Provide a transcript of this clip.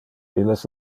illes